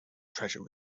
treasure